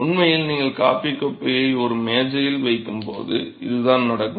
உண்மையில் நீங்கள் காபி கோப்பையை ஒரு மேஜையில் வைக்கும்போது இதுதான் நடக்கும்